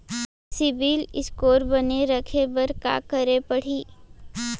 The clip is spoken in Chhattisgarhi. सिबील स्कोर बने रखे बर का करे पड़ही?